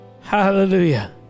Hallelujah